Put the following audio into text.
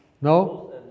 No